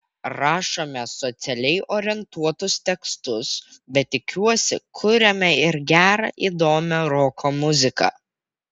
rašome socialiai orientuotus tekstus bet tikiuosi kuriame ir gerą įdomią roko muziką